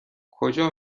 کجا